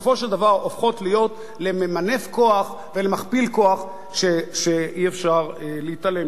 דבר הופכות לממנף כוח ולמכפיל כוח שאי-אפשר להתעלם ממנו.